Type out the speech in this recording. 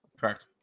Correct